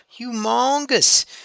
humongous